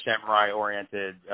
samurai-oriented